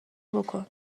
بکن